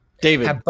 David